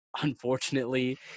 unfortunately